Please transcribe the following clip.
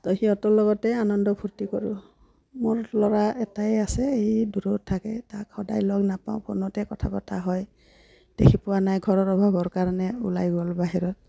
ত' সিহঁতৰ লগতে আনন্দ ফূৰ্তি কৰোঁ মোৰ ল'ৰা এটাই আছে সি দূৰত থাকে তাক সদায় লগ নাপাওঁ ফোনতে কথা পতা হয় দেখি পোৱা নাই ঘৰৰ অভাৱৰ কাৰণে ওলাই গ'ল বাহিৰত